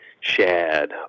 shad